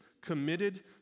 committed